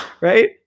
Right